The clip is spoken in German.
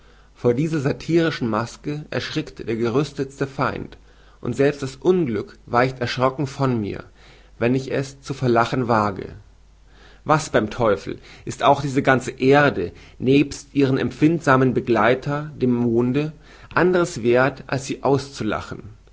vor dieser satirischen maske erschrickt der gerüstetste feind und selbst das unglück weicht erschrocken von mir wenn ich es zu verlachen wage was beim teufel ist auch diese ganze erde nebst ihrem empfindsamen begleiter dem monde anders werth als sie auszulachen